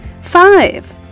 Five